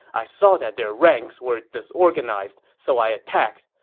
i saw that their ranks were disorganized, so i attacked,